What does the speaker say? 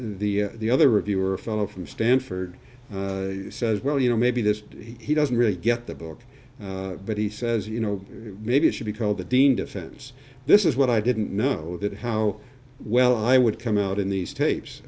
the the other if you were a fellow from stanford he says well you know maybe this he doesn't really get the book but he says you know maybe it should be called the dean defense this is what i didn't know that how well i would come out in these tapes